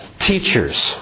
teachers